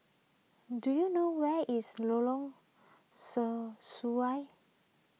do you know where is Lorong Sesuai